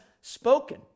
spoken